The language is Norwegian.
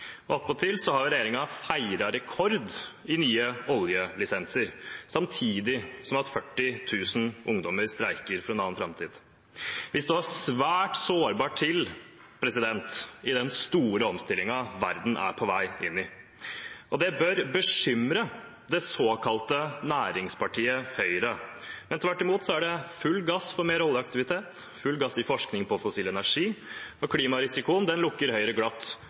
rekord i nye oljelisenser, samtidig som 40 000 ungdommer streiker for en annen framtid. Vi ligger svært sårbart til i den store omstillingen verden er på vei inn i. Det bør bekymre det såkalte næringspartiet Høyre, men tvert imot er det full gass for mer oljeaktivitet og full gass i forskning på fossil energi, og klimarisikoen lukker Høyre glatt